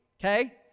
okay